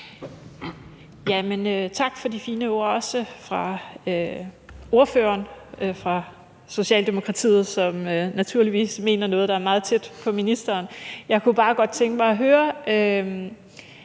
Tak for de fine ord også fra ordføreren for Socialdemokratiet, som naturligvis mener noget, der er meget tæt på det, ministeren mener. Jeg kunne bare godt tænke mig at høre,